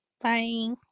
Bye